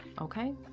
okay